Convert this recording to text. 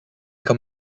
come